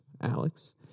Alex